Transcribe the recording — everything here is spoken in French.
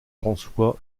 françois